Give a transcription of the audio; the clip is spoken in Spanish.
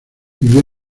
vivió